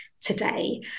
today